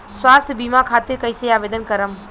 स्वास्थ्य बीमा खातिर कईसे आवेदन करम?